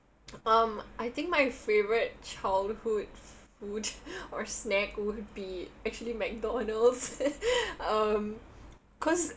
um I think my favourite childhood food or snack would be actually McDonald's um because